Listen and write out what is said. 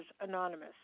Anonymous